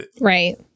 right